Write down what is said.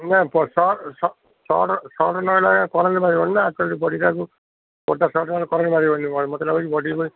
ନା short short short ନହେଲେ ମାନେ କରେଣ୍ଟ୍ ମାରିବନି ନା ମତେ ଲାଗୁଛି